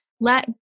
Let